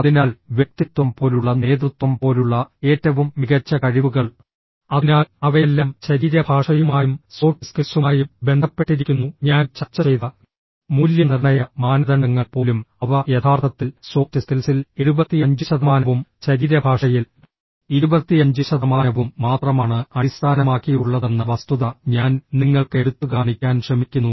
അതിനാൽ വ്യക്തിത്വം പോലുള്ള നേതൃത്വം പോലുള്ള ഏറ്റവും മികച്ച കഴിവുകൾ അതിനാൽ അവയെല്ലാം ശരീരഭാഷയുമായും സോഫ്റ്റ് സ്കിൽസുമായും ബന്ധപ്പെട്ടിരിക്കുന്നു ഞാൻ ചർച്ച ചെയ്ത മൂല്യനിർണ്ണയ മാനദണ്ഡങ്ങൾ പോലും അവ യഥാർത്ഥത്തിൽ സോഫ്റ്റ് സ്കിൽസിൽ 75 ശതമാനവും ശരീരഭാഷയിൽ 25 ശതമാനവും മാത്രമാണ് അടിസ്ഥാനമാക്കിയുള്ളതെന്ന വസ്തുത ഞാൻ നിങ്ങൾക്ക് എടുത്തുകാണിക്കാൻ ശ്രമിക്കുന്നു